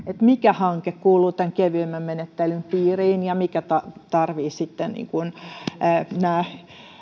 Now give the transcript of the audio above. mikä hanke kuuluu tämän kevyemmän menettelyn piiriin ja mikä tarvitsee sitten nämä